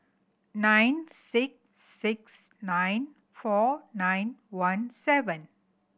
nine six six nine four nine one seven